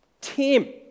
Tim